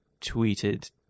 tweeted